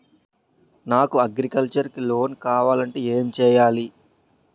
నాకు అగ్రికల్చర్ కి లోన్ కావాలంటే ఏం చేయాలి?